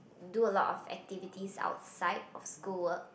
do a lot of activities outside of school work